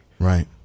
Right